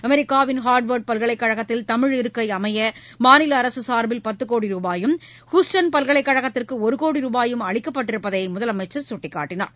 அமெரிக்காவின் ஹா்வா்டு பல்கலைக்கழகத்தில் தமிழ் இருக்கை அமைய மாநில அரசு சார்பில் பத்து கோடி ரூபாயும் ஹுஸ்டன் பல்கலைக்கழகத்திற்கு ஒரு கோடி ரூபாயும் அளிக்கப்பட்டிருப்பதை முதலமைச்சர் சுட்டிக்காட்டினார்